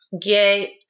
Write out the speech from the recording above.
get